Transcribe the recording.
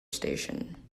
station